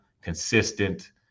consistent